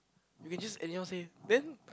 you can just anyhow say then